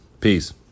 Peace